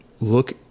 look